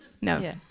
no